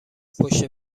پشت